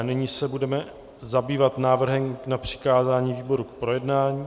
Nyní se budeme zabývat návrhem na přikázání výborům k projednání.